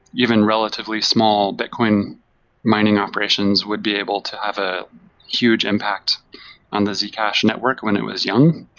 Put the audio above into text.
even relatively small, bitcoin mining operations would be able to have a huge impact on the zcash network when it was young.